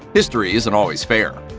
history isn't always fair.